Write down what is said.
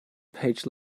page